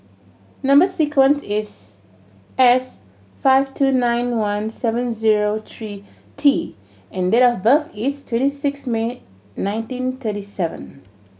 number sequence is S five two nine one seven zero three T and date of birth is twenty six May nineteen thirty seven